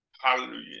Hallelujah